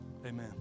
Amen